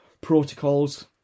protocols